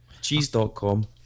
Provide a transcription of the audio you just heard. Cheese.com